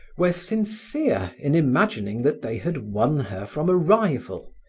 were sincere in imagining that they had won her from a rival,